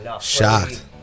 shocked